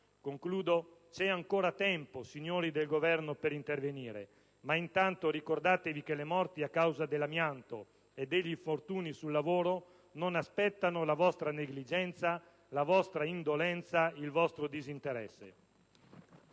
che c'è ancora tempo, signori del Governo, per intervenire. Intanto, però, ricordatevi che le morti a causa dell'amianto e degli infortuni sul lavoro non aspettano la vostra negligenza, la vostra indolenza, il vostro disinteresse.